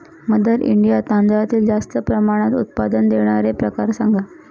mother India तांदळातील जास्त प्रमाणात उत्पादन देणारे प्रकार सांगा